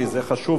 כי זה חשוב.